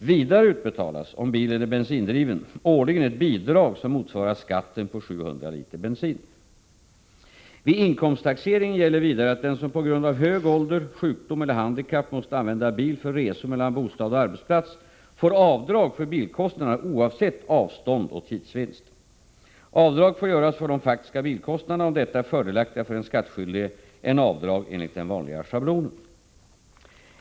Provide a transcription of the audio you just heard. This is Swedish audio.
Vidare utbetalas, om bilen är bensindriven, årligen ett bidrag som motsvarar skatten på 700 liter bensin. Vid inkomsttaxeringen gäller vidare att den som på grund av hög ålder, sjukdom eller handikapp måste använda bil för resor mellan bostad och arbetsplats får avdrag för bilkostnaderna oavsett avstånd och tidsvinst. Avdrag får göras för de faktiska bilkostnaderna, om detta är fördelaktigare för den skattskyldige än avdrag enligt den vanliga schablonen.